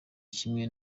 kimwe